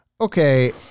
okay